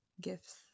gifts